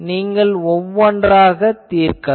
நீங்கள் ஒவ்வொன்றாகத் தீர்க்கலாம்